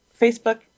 Facebook